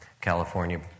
California